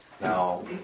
Now